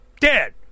dead